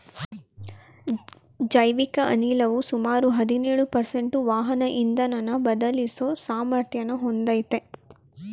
ಜೈವಿಕ ಅನಿಲವು ಸುಮಾರು ಹದಿನೇಳು ಪರ್ಸೆಂಟು ವಾಹನ ಇಂಧನನ ಬದಲಿಸೋ ಸಾಮರ್ಥ್ಯನ ಹೊಂದಯ್ತೆ